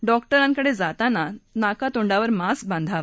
डॉक्टरांकडज्ञाताना नाकातोंडावर मास्क बांधावा